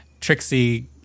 Trixie